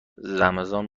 رمضان